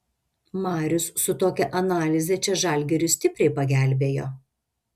marius su tokia analize čia žalgiriui stipriai pagelbėjo